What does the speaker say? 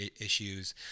issues